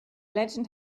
legend